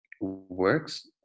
works